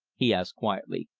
he asked quietly.